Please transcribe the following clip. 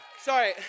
sorry